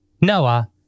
Noah